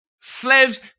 Slaves